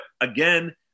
again